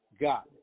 got